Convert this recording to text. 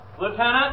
Lieutenant